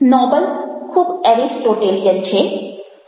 Nobel ખૂબ Aristotelian છે